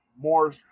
More